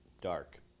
dark